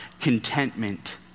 contentment